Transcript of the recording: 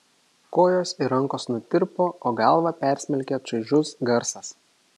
kojos ir rankos nutirpo o galvą persmelkė čaižus garsas